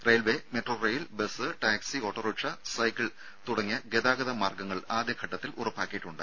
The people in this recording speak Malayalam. railway metro rail bus taxi autorickshaw cycle തുടങ്ങിയ ഗതാഗത മാർഗ്ഗങ്ങൾ ആദ്യഘട്ടത്തിൽ ഉറപ്പാക്കിയിട്ടുണ്ട്